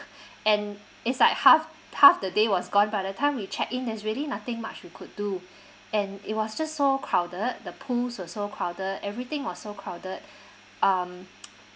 and it's like half half the day was gone by the time we check in there's really nothing much we could do and it was just so crowded the pools were so crowded everything was so crowded um